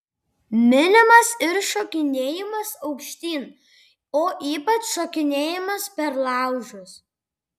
minimas ir šokinėjimas aukštyn o ypač šokinėjimas per laužus